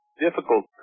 difficult